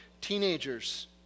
teenagers